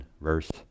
verse